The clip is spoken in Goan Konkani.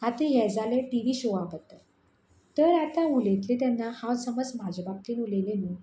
आतां हें जालें टी वी शोवा बद्दल तर आतां उलयतलें तेन्ना हांव समज म्हजे बाबतीन उलयलें न्हू